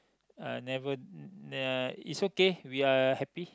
I never uh it's okay we are happy